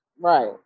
Right